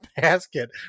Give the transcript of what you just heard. basket